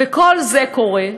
וכל זה קורה,